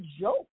joke